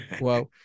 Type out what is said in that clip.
Wow